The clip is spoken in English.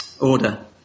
order